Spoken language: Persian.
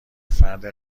فرد